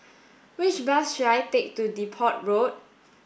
which bus should I take to Depot Road